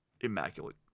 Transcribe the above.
immaculate